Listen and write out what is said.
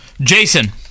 Jason